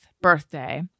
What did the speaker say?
birthday